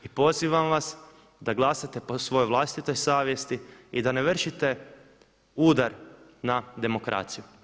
I pozivam vas da glasate po svojoj vlastitoj savjesti i da ne vršite udar na demokraciju.